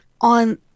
on